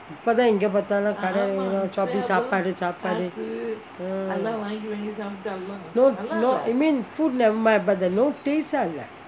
இப்போதா எங்கே பாத்தாலும் கடைகளும்:ippotha enggae paathaalum kadaigalum shopping சாப்பாடு சாப்பாடு:saapadu saapadu no I mean food never mind but the no taste ஆ‌‌ இல்லே:aa illae